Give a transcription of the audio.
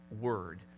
Word